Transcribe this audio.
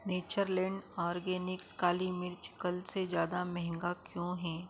Natureland Organics काली मिर्च कल से ज़्यादा मेहँगी क्यों है